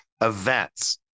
events